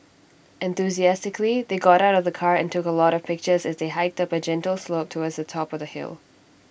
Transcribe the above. enthusiastically they got out of the car and took A lot of pictures as they hiked up A gentle slope towards the top of the hill